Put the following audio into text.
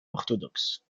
orthodoxe